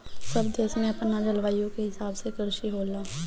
सब देश में अपना जलवायु के हिसाब से कृषि होला